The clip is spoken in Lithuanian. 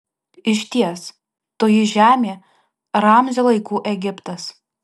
išties toji žemė ramzio laikų egiptas